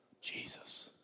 Jesus